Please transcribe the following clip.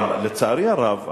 אבל לצערי הרב,